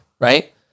right